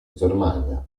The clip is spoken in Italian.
germania